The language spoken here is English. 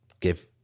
give